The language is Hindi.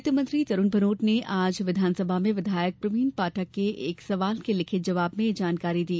वित्त मंत्री तरूण भनोत ने आज विधानसभा में विधायक प्रवीण पाठक के एक सवाल के लिखित जवाब में ये जानकारी दी